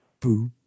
boo